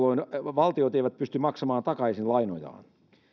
valtiot eivät pysty maksamaan takaisin lainojaan